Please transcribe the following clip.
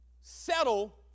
settle